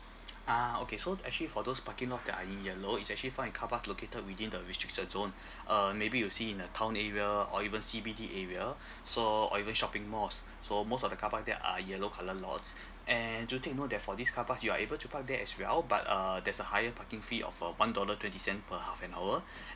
ah okay so actually for those parking lot that are yellow it's actually found in car parks located within the restricted zone uh maybe you'll see in the town area or even C_B_T area so or even shopping malls so most of the car park there are yellow colour lots and do take note that for these car parks you are able to park there as well but uh there's a higher parking fee of uh one dollar twenty cent per half an hour